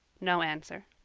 no answer.